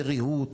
ריהוט,